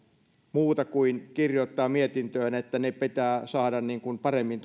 muuta kuin kirjoittaa mietintöön että ne pitää saada toimimaan paremmin